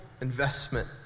investment